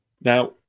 Now